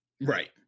Right